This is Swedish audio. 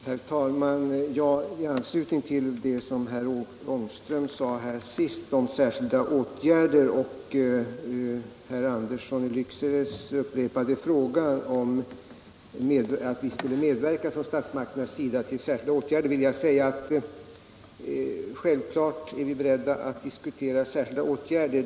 Herr talman! I anslutning till vad herr Ångström sade senast om särskilda åtgärder och herr Anderssons i Lycksele upprepade fråga om statsmakterna kommer att medverka till särskilda åtgärder vill jag säga att självklart är vi beredda att diskutera sådana.